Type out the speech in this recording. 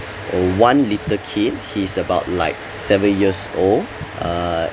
uh one little kid he's about like seven years old uh